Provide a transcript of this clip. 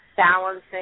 Balancing